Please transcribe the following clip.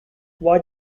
why